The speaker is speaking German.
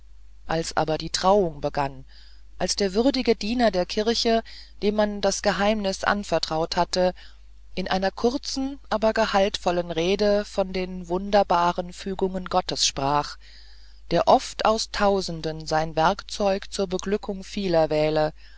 als aber die trauung begann als der würdige diener der kirche dem man das geheimnis anvertraut hatte in einer kurzen aber gehaltvollen rede von den wunderbaren fügungen gottes sprach der oft aus tausenden sein werkzeug zur beglückung vieler wähle